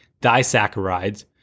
disaccharides